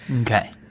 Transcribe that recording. Okay